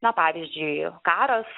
na pavyzdžiui karas